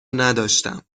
نداشتم